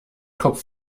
kopf